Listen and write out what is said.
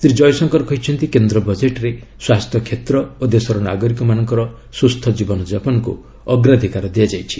ଶ୍ରୀ ଜୟଶଙ୍କର କହିଛନ୍ତି କେନ୍ଦ୍ର ବଜେଟ୍ରେ ସ୍ୱାସ୍ଥ୍ୟ କ୍ଷେତ୍ର ଓ ଦେଶର ନାଗରିକମାନଙ୍କ ସୁସ୍ଥ ଜୀବନ ଜାପନକୁ ଅଗ୍ରାଧିକାର ଦିଆଯାଇଛି